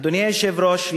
אדוני היושב-ראש,